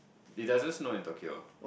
it doesn't snow in Tokyo